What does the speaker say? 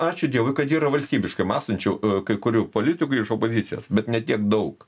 ačiū dievui kad yra valstybiškai mąstančių kai kurių politikų iš opozicijos bet ne tiek daug